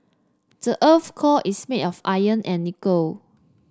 the earth's core is made of iron and nickel